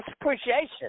appreciation